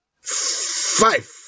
five